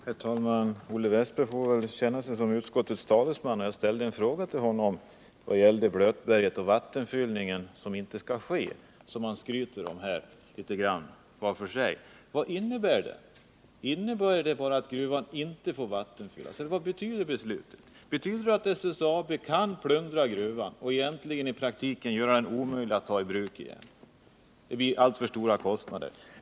Herr talman! Olle Wästberg i Stockholm får väl känna sig som utskottets talesman i detta sammanhang. Jag ställde en fråga till honom med anledning av det förslag om att gruvan i Blötberget nu inte skall vattenfyllas som han litet grand skryter om. Vad menar utskottet med detta förslag? Innebär det bara att gruvan inte får vattenfyllas eller att SSAB kan plundra gruvan och egentligen i praktiken göra det omöjligt att ta den i bruk igen, eftersom det medför alltför stora kostnader?